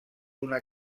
una